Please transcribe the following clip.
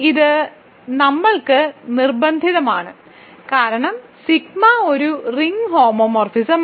ഇത് നമ്മൾക്ക് നിർബന്ധിതമാണ് കാരണം സിഗ്മ ഒരു റിംഗ് ഹോമോമോർഫിസമാണ്